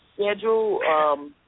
schedule